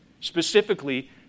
Specifically